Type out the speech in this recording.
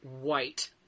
white